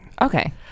Okay